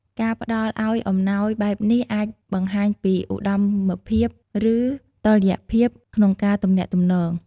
ការផ្តល់ឱ្យអំណោយបែបនេះអាចបង្ហាញពីឧត្តមភាព ឬអតុល្យភាពក្នុងការទំនាក់ទំនង។